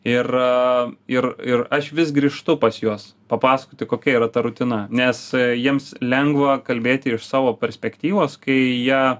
ir ir ir aš vis grįžtu pas juos papasakoti kokia yra ta rutina nes jiems lengva kalbėti iš savo perspektyvos kai ją